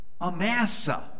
Amasa